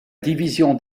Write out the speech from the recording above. division